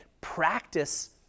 practice